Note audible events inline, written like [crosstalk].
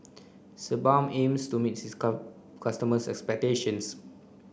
Sebamed aims to meet its custom customers' expectations [noise]